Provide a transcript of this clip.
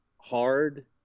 hard